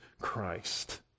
Christ